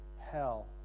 hell